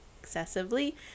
excessively